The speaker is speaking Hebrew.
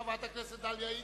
חברת הכנסת דליה איציק.